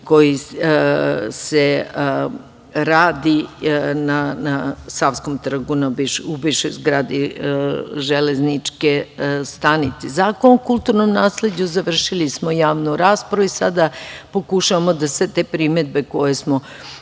koji se radi na Savskom trgu, u bivšoj zgradi Železničke stanice. Zakon o kulturnom nasleđu - završili smo javnu raspravu i sada pokušavamo da sve te primedbe koje smo dobili